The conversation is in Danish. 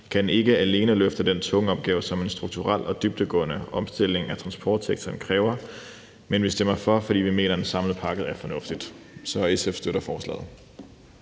det ikke alene løfte den tunge opgave, som en strukturel og dybdegående omstilling af transportsektoren kræver. Men vi stemmer for, fordi vi mener, den samlede pakke er fornuftig. Så SF støtter forslaget.